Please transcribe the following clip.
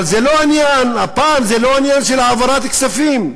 אבל הפעם זה לא עניין של העברת כספים,